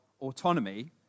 autonomy